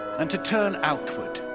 and to turn outward